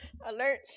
Alert